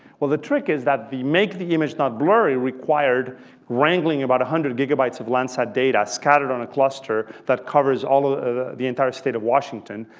well, the trick is that the make the image not blurry required wrangling about one hundred gigabytes of landsat data scattered on a cluster that covers all of the the entire state of washington.